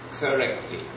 correctly